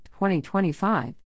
2025